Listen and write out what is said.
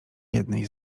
jednej